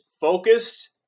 focused